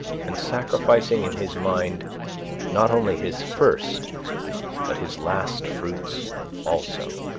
and sacrificing in his mind not only his first but his last fruits also.